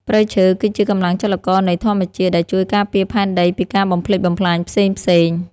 ព្រៃឈើគឺជាកម្លាំងចលករនៃធម្មជាតិដែលជួយការពារផែនដីពីការបំផ្លិចបំផ្លាញផ្សេងៗ។ព្រៃឈើគឺជាកម្លាំងចលករនៃធម្មជាតិដែលជួយការពារផែនដីពីការបំផ្លិចបំផ្លាញផ្សេងៗ។